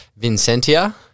Vincentia